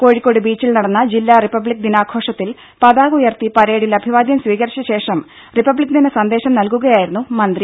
കോഴിക്കോട് ബീച്ചിൽ നടന്ന ജില്ലാ റിപ്പബ്ലിക് ദിനാഘോഷത്തിൽ പതാക ഉയർത്തി പരേഡിൽ അഭിവാദ്യം സ്വീകരിച്ച ശേഷം റിപ്പബ്ലിക് ദിന സന്ദേശം നല്കുകയായിരുന്നു മന്ത്രി